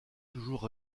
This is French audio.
toujours